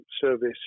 service